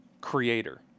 creator